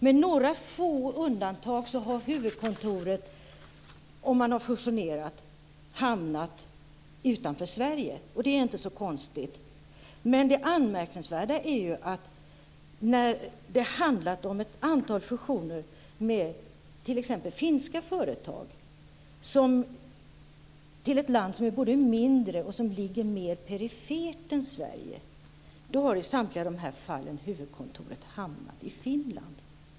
Med några få undantag har huvudkontoren om man har fusionerat hamnat utanför Sverige. Det är inte så konstigt. Det anmärkningsvärda är att när det handlat om ett antal fusioner med t.ex. finska företag har utflyttningen gått till ett land som både är mindre och ligger mer perifert. I samtliga dessa fall har huvudkontoren hamnat i Finland.